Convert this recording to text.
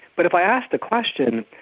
but if i asked the question,